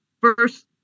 first